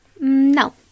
No